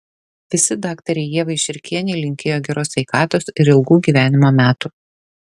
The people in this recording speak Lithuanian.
visi daktarei ievai širkienei linkėjo geros sveikatos ir ilgų gyvenimo metų